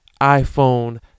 iPhone